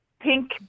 pink